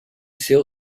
seu